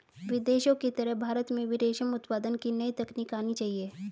विदेशों की तरह भारत में भी रेशम उत्पादन की नई तकनीक आनी चाहिए